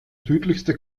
südlichste